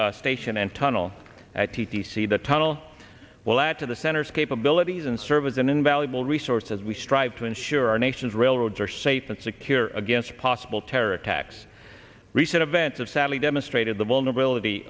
l station and tunnel at p t c the tunnel will add to the center's capabilities and serve as an invaluable resource as we strive to ensure our nation's railroads are safe and secure against possible terror attacks recent events of sally demonstrated the vulnerability